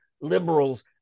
liberals